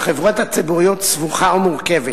סבוכה ומורכבת